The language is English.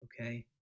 Okay